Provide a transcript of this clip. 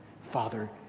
Father